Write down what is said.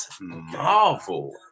Marvel